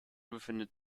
befindet